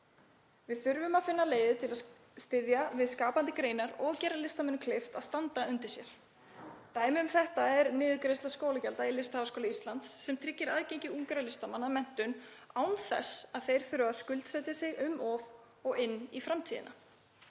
Við þurfum að finna leiðir til að styðja við skapandi greinar og gera listamönnum kleift að standa undir sér. Dæmi um þetta er niðurgreiðsla skólagjalda við Listaháskóla Íslands sem tryggir aðgengi ungra listamanna að menntun án þess að þeir þurfi að skuldsetja sig um of og inn í framtíðina.